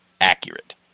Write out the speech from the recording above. accurate